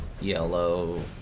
yellow